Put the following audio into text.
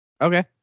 Okay